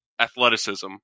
athleticism